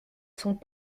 sont